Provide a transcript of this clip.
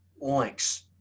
links